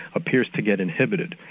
appears to get inhibited.